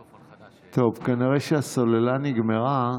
טוב, כנראה שהסוללה נגמרה.